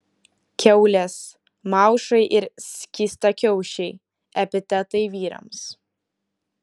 kiaulės maušai ir skystakiaušiai epitetai vyrams